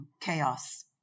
chaos